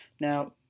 Now